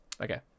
Okay